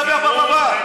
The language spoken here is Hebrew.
אתה רק סתם מדבר בה-בה-בה.